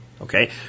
Okay